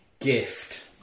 gift